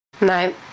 No